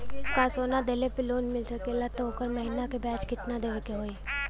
का सोना देले पे लोन मिल सकेला त ओकर महीना के ब्याज कितनादेवे के होई?